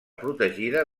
protegida